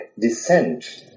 descent